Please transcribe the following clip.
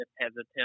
hesitant